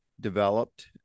developed